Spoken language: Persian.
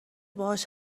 باهاش